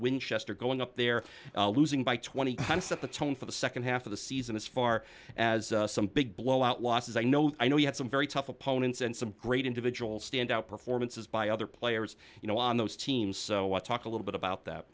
winchester going up there losing by twenty kind of set the tone for the second half of the season as far as some big blowout losses i know i know you had some very tough opponents and some great individual standout performances by other players you know on those teams so what talk a little bit about that